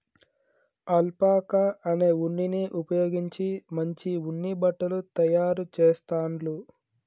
alpaca అనే ఉన్నిని ఉపయోగించి మంచి ఉన్ని బట్టలు తాయారు చెస్తాండ్లు